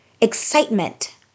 excitement